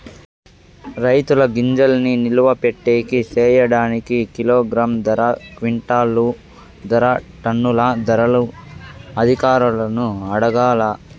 రైతుల గింజల్ని నిలువ పెట్టేకి సేయడానికి కిలోగ్రామ్ ధర, క్వింటాలు ధర, టన్నుల ధరలు అధికారులను అడగాలా?